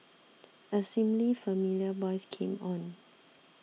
a seemingly familiar voice came on